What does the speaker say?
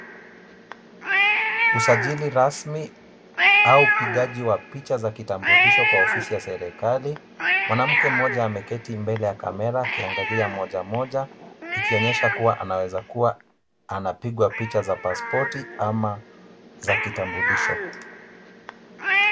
Usajili rasmi au upigaji wa picha za kitambulisho kwa ofisi za serikali. Mwanamke mmoja ameketi mbele ya kamera akiangalia moja moja, ikionyesha kuwa anaweza kuwa anapigwa picha za pasipoti ama za kitambulisho.